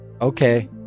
okay